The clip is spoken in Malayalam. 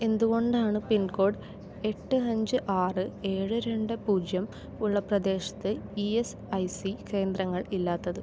എന്തുകൊണ്ടാണ് പിൻ കോഡ് എട്ട് അഞ്ച് ആറ് ഏഴ് രണ്ട് പൂജ്യം ഉള്ള പ്രദേശത്ത് ഇ എസ് ഐ സി കേന്ദ്രങ്ങൾ ഇല്ലാത്തത്